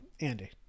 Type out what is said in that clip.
Andy